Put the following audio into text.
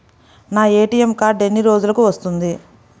నా ATM card ఎన్ని రోజులకు వస్తుంది?